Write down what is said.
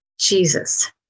Jesus